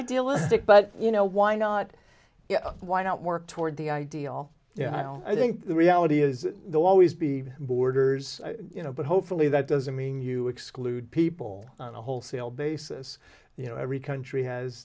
idealistic but you know why not why not work toward the ideal yeah i think the reality is always be borders you know but hopefully that doesn't mean you exclude people on a wholesale basis you know every country has